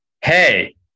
Hey